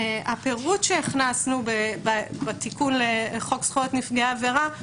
הפירוט שהכנסנו בתיקון לחוק זכויות נפגעי עבירה,